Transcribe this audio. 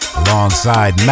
alongside